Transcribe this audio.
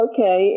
Okay